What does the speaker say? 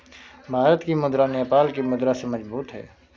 भारत की मुद्रा नेपाल की मुद्रा से मजबूत है